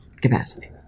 capacity